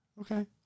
okay